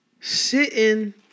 sitting